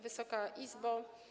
Wysoka Izbo!